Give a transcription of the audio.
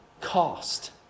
cost